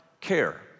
care